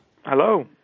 Hello